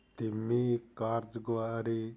ਧੀਮੀ ਕਾਰਗੁਜ਼ਾਰੀ